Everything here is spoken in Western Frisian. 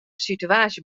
sitewaasje